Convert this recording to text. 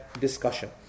discussion